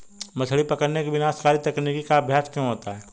मछली पकड़ने की विनाशकारी तकनीक का अभ्यास क्यों होता है?